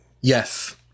Yes